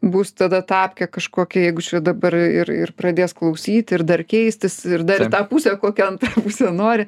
bus tada tapkė kažkokią jeigu čia dabar ir ir pradės klausyti ir dar keistis ir dar į tą pusę kokią antra pusė nori